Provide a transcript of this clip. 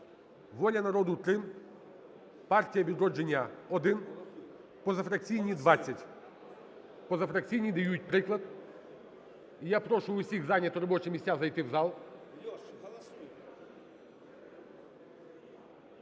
"Воля народу" – 3, "Партія "Відродження" – 1, позафракційні – 20. Позафракційні дають приклад. Я прошу всіх зайняти робочі місця, зайти в зал.